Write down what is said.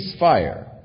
ceasefire